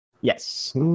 yes